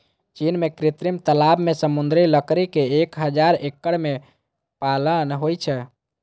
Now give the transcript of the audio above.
चीन मे कृत्रिम तालाब मे समुद्री ककड़ी के एक हजार एकड़ मे पालन होइ छै